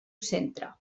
centre